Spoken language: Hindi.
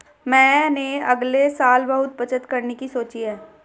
मैंने अगले साल बहुत बचत करने की सोची है